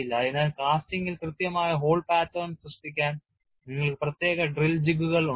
അതിനാൽ കാസ്റ്റിംഗിൽ കൃത്യമായ hole പാറ്റേൺ സൃഷ്ടിക്കാൻ നിങ്ങൾക്ക് പ്രത്യേക ഡ്രിൽ ജിഗുകൾ ഉണ്ട്